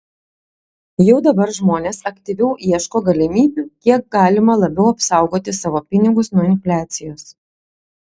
jau dabar žmonės aktyviau ieško galimybių kiek galima labiau apsaugoti savo pinigus nuo infliacijos